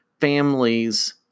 families